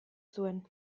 zuen